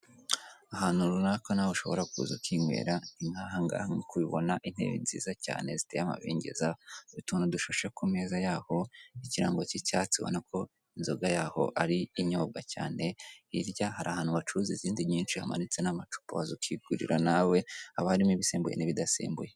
Ahantu runaka nawe ushobora kuza ukinywera ni nkaha ngaha aho nk'uko ubibona intebe nziza cyane ziteye amabengeza utuntu dushashe ku meza yaho ikirango k'icyatsi ubona ko inzoga yaho ari yo zinyobwa cyane hirya hari ahantu bacuruza izindi nyinshi hamanitse n'amacupa waza ukigurira nawe aho harimo ibisembuye n'ibiasembuye.